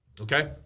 Okay